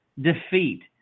defeat